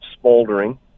smoldering